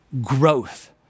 growth